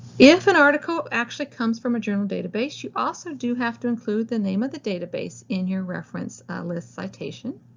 if an article actually comes from a journal database, you also do have to include the name of the database in your reference list citation.